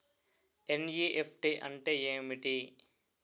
NEFT అంటే ఏమిటి?